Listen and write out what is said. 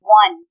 one